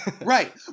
right